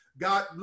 God